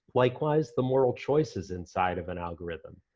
likewise, the moral choices inside of an algorithm,